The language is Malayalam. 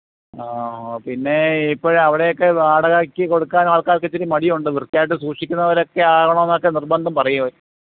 പിന്നെ ഇപ്പോൾ അവിടെയൊക്കെ വാടകയ്ക്ക് കൊടുക്കാനാള്ക്കാര്ക്ക് ഒത്തിരി മടിയുണ്ട് വൃത്തിയായിട്ട് സൂക്ഷിക്കുന്നവരൊക്കെ ആവണമെന്നൊക്കെ നിര്ബന്ധം പറയും